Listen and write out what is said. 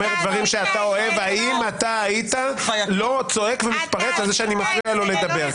מותר הכול אבל תן לו לסיים